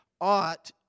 Ought